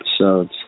episodes